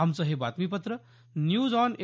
आमचं हे बातमीपत्र न्यूज ऑन ए